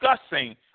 discussing